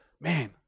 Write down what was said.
man